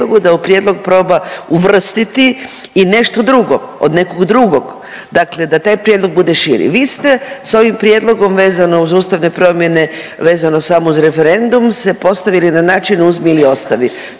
da u prijedlog proba uvrstiti i nešto drugo, od nekog drugog, dakle da taj prijedlog bude širi. Vi ste s ovim prijedlogom vezano uz ustavne promjene vezano samo uz referendum se postavili na način uzmi ili ostavi.